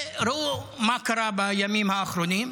וראו מה קרה בימים האחרונים: